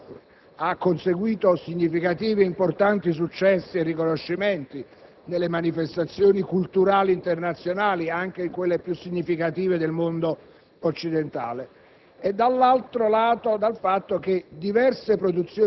che, come i colleghi sanno, nel recente passato ha conseguito significativi e importanti successi e riconoscimenti nelle manifestazioni culturali internazionali e anche in quelle più significative del mondo occidentale